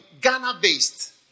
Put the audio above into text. Ghana-based